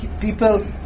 people